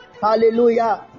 Hallelujah